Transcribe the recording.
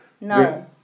no